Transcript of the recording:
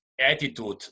attitude